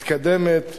מתקדמת,